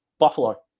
Buffalo